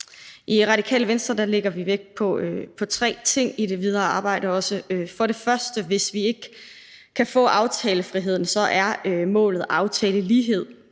I Radikale Venstre lægger vi vægt på tre ting i det videre arbejde. For det første, hvis ikke vi kan få aftalefriheden, er målet aftalelighed.